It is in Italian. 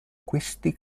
questi